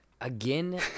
again